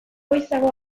goizago